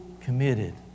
committed